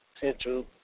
central